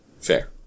Fair